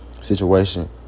situation